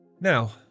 Now